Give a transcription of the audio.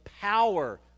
power